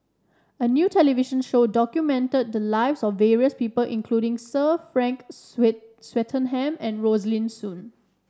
a new television show documented the lives of various people including Sir Frank Swettenham and Rosaline Soon